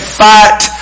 fight